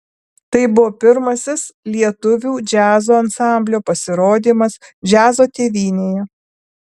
tai buvo pirmasis lietuvių džiazo ansamblio pasirodymas džiazo tėvynėje